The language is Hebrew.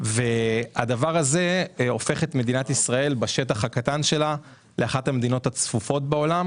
הדבר הזה הופך את מדינת ישראל לאחת המדינות הצפופות בעולם.